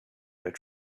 their